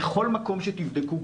בכל מקום שתבדקו,